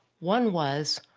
one was,